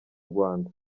rwanda